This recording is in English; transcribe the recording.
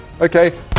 Okay